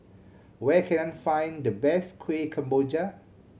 where can I find the best Kueh Kemboja